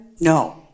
no